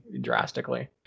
drastically